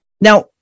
Now